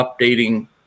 updating